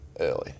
early